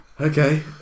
Okay